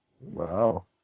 Wow